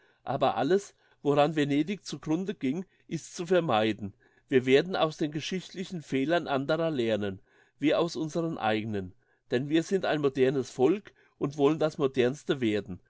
aber alles woran venedig zugrunde ging ist zu vermeiden wir werden aus den geschichtlichen fehlern anderer lernen wie aus unseren eigenen denn wir sind ein modernes volk und wollen das modernste werden